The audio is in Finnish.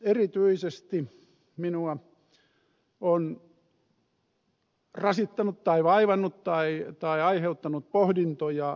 erityisesti minua ovat rasittaneet tai vaivanneet tai aiheuttaneet pohdintoja ed